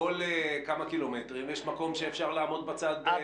בכל כמה קילומטרים יש מקום שאפשר לעמוד בצד.